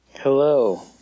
Hello